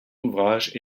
ouvrages